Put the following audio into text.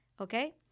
Okay